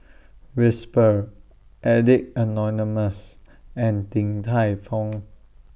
Whisper Addicts Anonymous and Din Tai Fung